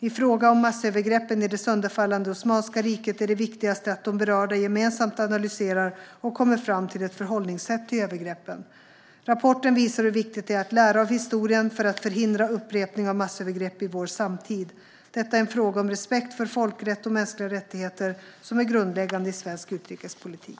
I fråga om massövergreppen i det sönderfallande Osmanska riket är det viktigaste att de berörda gemensamt analyserar och kommer fram till ett förhållningssätt till övergreppen. Rapporten visar hur viktigt det är att lära av historien för att förhindra upprepning av massövergrepp i vår samtid. Detta är en fråga om respekt för folkrätt och mänskliga rättigheter som är grundläggande i svensk utrikespolitik.